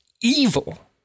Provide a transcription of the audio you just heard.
evil